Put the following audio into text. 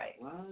right